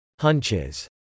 hunches